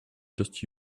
just